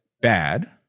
bad